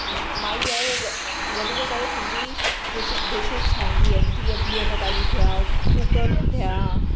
मा माई आहे उहा वधीक करे सिंधी डिश डिशेस ठाहींदी आहिनि जीअं बीह भटालू थिया टूक थिया